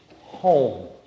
home